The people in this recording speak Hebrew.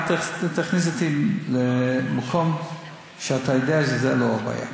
אל תכניס אותי למקום שאתה יודע שהוא לא בעיה.